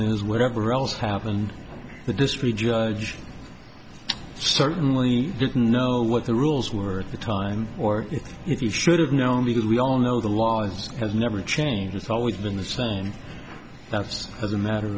is whatever else happened the district judge certainly didn't know what the rules were at the time or if you should have known because we all know the laws has never changed it's always been the same that's as a matter